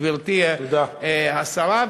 גברתי השרה,